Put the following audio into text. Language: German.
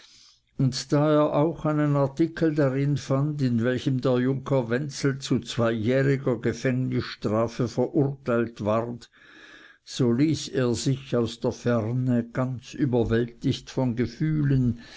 und da er auch einen artikel darin fand in welchem der junker wenzel zu zweijähriger gefängnisstrafe verurteilt ward so ließ er sich aus der ferne ganz überwältigt von gefühlen